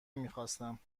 میخواستم